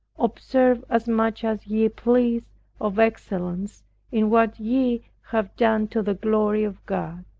observe as much as ye please of excellence in what ye have done to the glory of god.